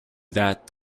that